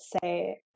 say